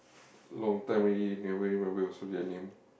long time already never remember also their name